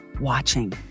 watching